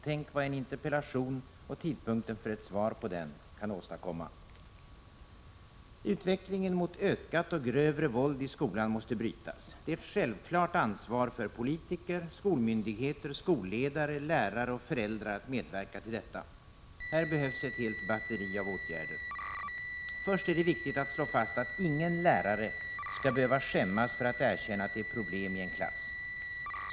Tänk vad en interpellation och tidpunkten för ett svar på den kan åstadkomma! Utvecklingen mot ökat och grövre våld i skolan måste brytas. Det är ett självklart ansvar för politiker, skolmyndigheter, skolledare, lärare och föräldrar att medverka till detta. Här behövs ett helt batteri av åtgärder. Först är det viktigt att slå fast att ingen lärare skall behöva skämmas för att erkänna att det är problem i en klass.